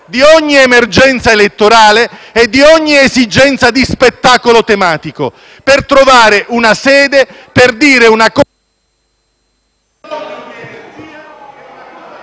da ogni emergenza elettorale e da ogni esigenza di spettacolo tematico, per trovare una sede per dire una cosa